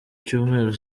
cyumweru